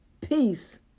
Peace